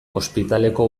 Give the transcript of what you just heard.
ospitaleko